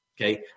Okay